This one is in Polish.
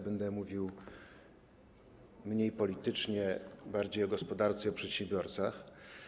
Będę mówił mniej politycznie, a bardziej o gospodarce i o przedsiębiorcach.